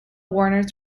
warners